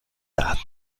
daten